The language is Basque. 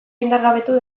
indargabetu